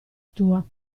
tua